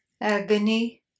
agony